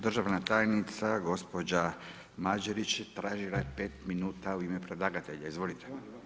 Državna tajnica gospođa Mađerić tražila je 5 minuta u ime predlagatelja, izvolite.